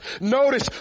Notice